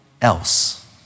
else